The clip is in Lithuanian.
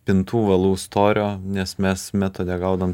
pintų valų storio nes mes metode gaudom